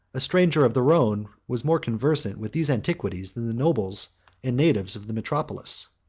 a stranger of the rhone was more conversant with these antiquities than the nobles and natives of the metropolis.